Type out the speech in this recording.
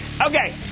okay